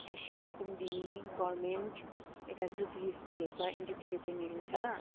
SUM Kumudini government यता Jubilee स्कुलहरू छ इन्डो टिबिटियनहरू छ